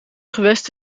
gewest